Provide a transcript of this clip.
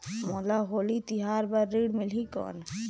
मोला होली तिहार बार ऋण मिलही कौन?